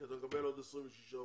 כי אתה מקבל עוד 26 עובדים,